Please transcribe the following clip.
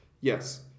yes